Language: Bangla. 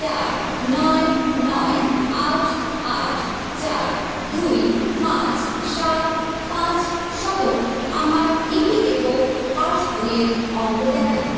চার নয় নয় আট আট চার দুই পাঁচ সাত পাঁচ সহ আমার ইপিএফও পাস বইয়ের অঙ্ক দেখান